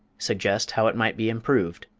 suggest how it might be improved.